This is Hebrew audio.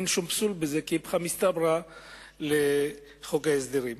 אין שום פסול בזה, איפכא מסתברא לחוק ההסדרים.